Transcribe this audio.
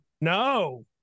no